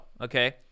Okay